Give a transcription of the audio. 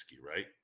right